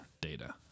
data